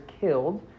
killed